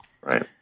Right